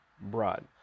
broad